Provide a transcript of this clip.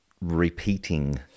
repeating